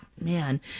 man